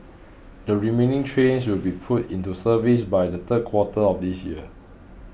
the remaining trains will be put into service by the third quarter of this year